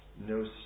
No